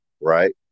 right